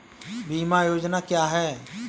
बीमा योजना क्या है?